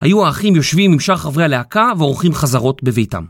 היו האחים יושבים עם שאר חברי הלהקה, ועורכים חזרות בביתם.